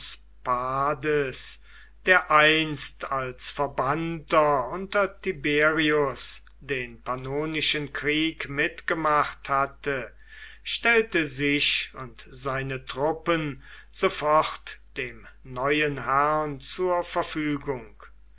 der einst als verbannter unter tiberius den pannonischen krieg mitgemacht hatte stellte sich und seine truppen sofort dem neuen herrn zur verfügung